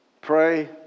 pray